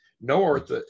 north